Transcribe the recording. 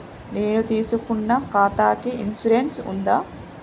నేను తీసుకున్న ఖాతాకి ఇన్సూరెన్స్ ఉందా?